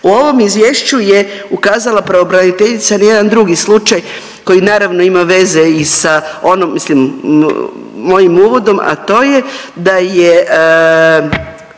U ovom izvješću je ukazala pravobraniteljica na jedan drugi slučaj koji naravno ima veza i sa onom, mislim mojim uvodom, a to je da je